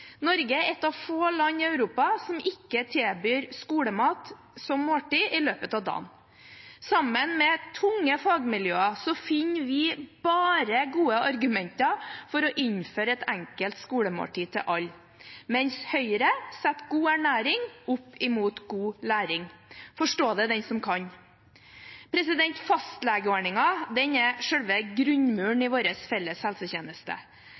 Norge er et av få land i Europa som ikke tilbyr skolemat som måltid i løpet av dagen. Sammen med tunge fagmiljøer finner vi bare gode argumenter for å innføre et enkelt skolemåltid til alle, mens Høyre setter god ernæring opp mot god læring. Forstå det den som kan. Fastlegeordningen er selve grunnmuren i vår felles helsetjeneste.